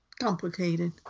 complicated